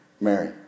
Mary